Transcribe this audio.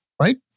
right